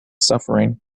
suffering